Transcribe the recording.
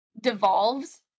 devolves